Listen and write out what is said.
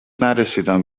نرسیدم